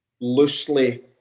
loosely